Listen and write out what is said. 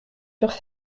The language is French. furent